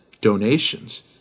donations